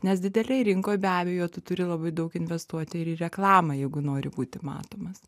nes didelėj rinkoje be abejo turi labai daug investuoti ir į reklamą jeigu nori būti matomas